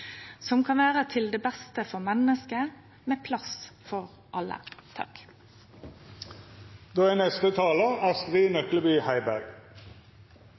som kan vere til det beste for menneske, med plass for alle. Dagens debatt viser at vi virkelig er